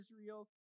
Israel